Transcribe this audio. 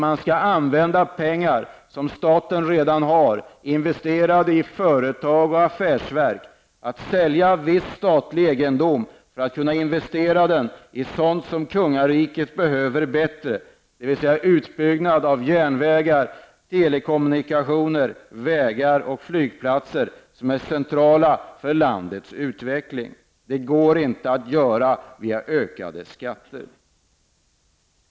Man bör använda pengar som staten redan har investerade i företag och affärsverk. Viss statlig egendom bör säljas, så att pengarna kan investeras i sådant som är viktigare för kungariket, t.ex. utbyggnad av järnvägar, telekommunikationer, vägar och flygplatser. Detta är centralt för landets utveckling. Det går inte att åstadkomma detta genom en ökning av skatterna.